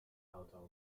auto